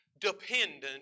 dependent